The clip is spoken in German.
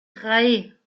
drei